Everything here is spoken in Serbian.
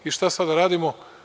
I, šta sada da radimo?